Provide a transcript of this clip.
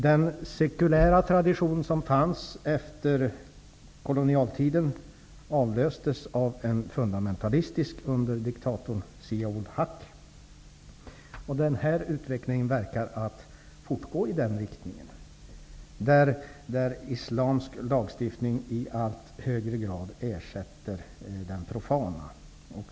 Den sekulära tradition som fanns efter kolonialtiden avlöstes av en fundamentalistisk under diktatorn Zia-ul-Haq. Utvecklingen verkar fortgå i den riktningen. Islamisk lagstiftning ersätter i allt högre grad den profana.